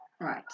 Right